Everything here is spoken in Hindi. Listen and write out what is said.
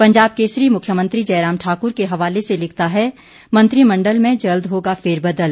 पंजाब केसरी मुख्यमंत्री जयराम ठाकुर के हवाले से लिखता है मंत्रिमंडल में जल्द होगा फेरबदल